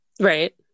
right